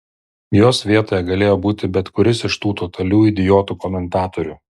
jos vietoje galėjo būti bet kuris iš tų totalių idiotų komentatorių